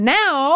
now